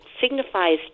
signifies